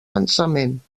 pensament